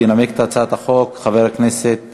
ינמק את הצעת החוק חבר הכנסת